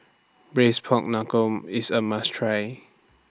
Braised Pork Knuckle IS A must Try